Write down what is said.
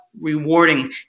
rewarding